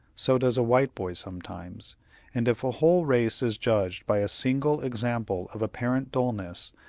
so does a white boy sometimes and if a whole race is judged by a single example of apparent dulness,